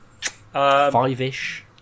Five-ish